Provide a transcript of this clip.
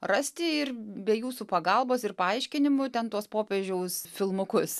rasti ir be jūsų pagalbos ir paaiškinimų ten tuos popiežiaus filmukus